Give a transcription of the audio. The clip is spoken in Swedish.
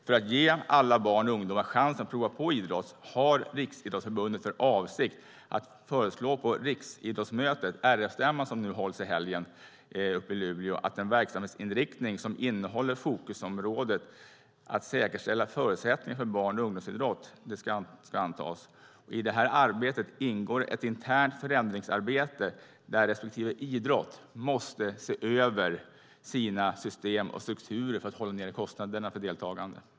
För att ge alla barn och ungdomar chansen att prova på idrott har Riksidrottsförbundet för avsikt att föreslå att en verksamhetsinriktning som innehåller fokusområdet att säkerställa förutsättningarna för barn och ungdomsidrott ska antas på Riksidrottsmötet, RF-stämman, som hålls nu i helgen i Luleå. I det här arbetet ingår ett internt förändringsarbete där respektive idrott måste se över sina system och strukturer för att hålla nere kostnaderna för deltagande.